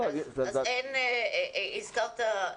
הזכרת,